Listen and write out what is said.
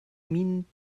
minen